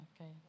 Okay